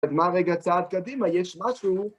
מה רגע, צעד קדימה, יש משהו.